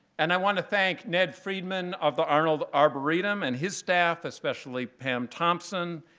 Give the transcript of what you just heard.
and i want to thank ned friedman of the arnold arboretum and his staff, especially pam thompson,